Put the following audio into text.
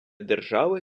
держави